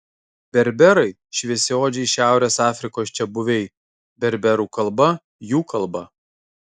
berberai šviesiaodžiai šiaurės afrikos čiabuviai berberų kalba jų kalba